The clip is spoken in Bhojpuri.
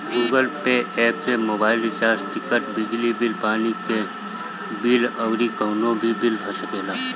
गूगल पे एप्प से मोबाईल रिचार्ज, टिकट, बिजली पानी के बिल अउरी कवनो भी बिल भर सकेला